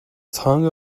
tongue